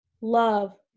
love